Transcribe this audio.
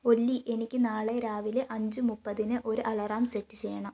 ഒല്ലി എനിക്ക് നാളെ രാവിലെ അഞ്ച് മുപ്പതിന് ഒരു അലറാം സെറ്റ് ചെയ്യണം